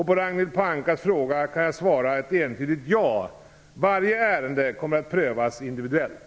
På Ragnhild Pohankas fråga kan jag svara ett entydigt ja. Varje ärende kommer att prövas individuellt.